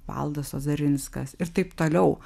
valdas ozarinskas ir taip toliau